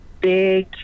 big